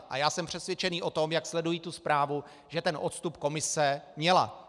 A já jsem přesvědčen o tom, jak sleduji tu zprávu, že ten odstup komise měla.